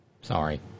Sorry